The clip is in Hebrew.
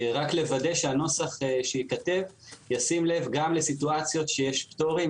רק לוודא שהנוסח שייכתב ישים לב גם לסיטואציות שיש פטורים,